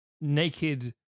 naked